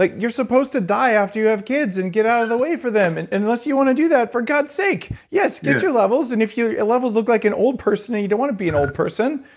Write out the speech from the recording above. like you're supposed to die after you have kids and get out of the way for them, and and unless you want to do that for god's sake. yes, get your levels and if you're levels look like an old person and you don't want to be an old person,